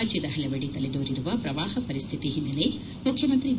ರಾಜ್ಯದ ಹಲವೆಡೆ ತಲೆದೋರಿರುವ ಪ್ರವಾಹ ಪರಿಸ್ತಿತಿ ಹಿನ್ನೆಲೆ ಮುಖ್ಯಮಂತ್ರಿ ಬಿ